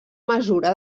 mesura